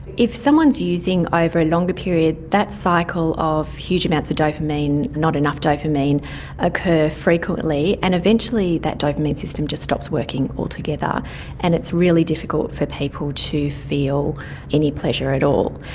if someone is using over a longer period, that cycle of huge amounts of dopamine, not enough dopamine occur frequently, and eventually that dopamine system just stops working altogether and it's really difficult for people to feel any pleasure at all.